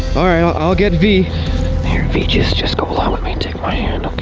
i'll get v features just go along with me take my hand.